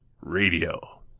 radio